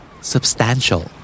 Substantial